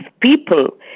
people